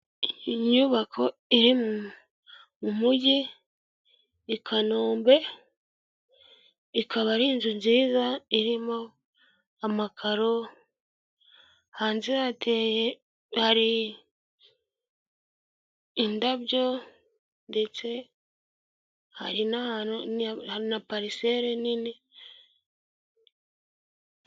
Inyubako iri mu mujyi i Kanombe ikaba ari inzu nziza irimo amakaro, hanze hari indabyo ndetse hari na pariseri nini.